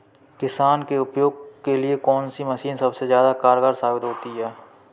किसान के उपयोग के लिए कौन सी मशीन सबसे ज्यादा कारगर साबित होती है?